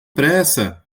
pressa